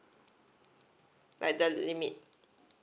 like the limit